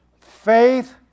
faith